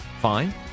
Fine